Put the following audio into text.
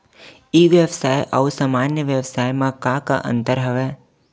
ई व्यवसाय आऊ सामान्य व्यवसाय म का का अंतर हवय?